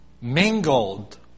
mingled